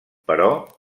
però